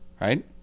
right